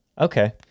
Okay